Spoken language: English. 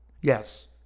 Yes